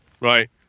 Right